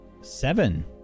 Seven